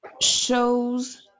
shows